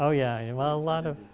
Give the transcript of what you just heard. oh yeah well a lot of